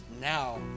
now